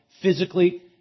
physically